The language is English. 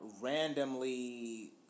randomly